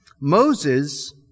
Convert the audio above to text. Moses